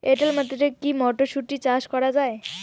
এটেল মাটিতে কী মটরশুটি চাষ করা য়ায়?